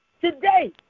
Today